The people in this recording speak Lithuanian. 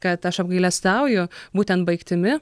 kad aš apgailestauju būtent baigtimi